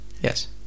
yes